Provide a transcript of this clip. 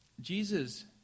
Jesus